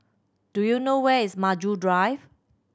do you know where is Maju Drive